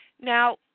Now